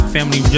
Family